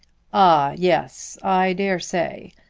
ah, yes i dare say.